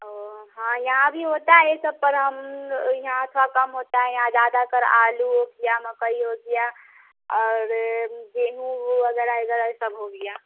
औ हाँ यहाँ भी होता है यह सब पर हम यहाँ थोड़ा कम होता है यहाँ ज़्यादातर आलू या मकई हो गया और गेहूँ वगैरह वगैरह यह सब हो गया